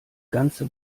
ganze